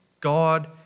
God